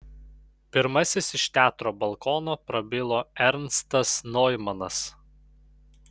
pirmasis iš teatro balkono prabilo ernstas noimanas